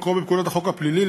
מקורו בפקודת החוק הפלילי,